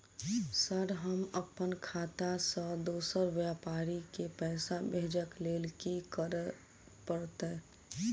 Sir हम अप्पन खाता सऽ दोसर व्यापारी केँ पैसा भेजक लेल की करऽ पड़तै?